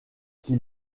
qui